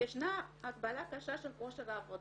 ישנה הגבלה קשה של כושר העבודה".